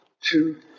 two